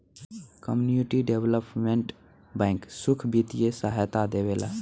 community development bank सुख बित्तीय सहायता देवेला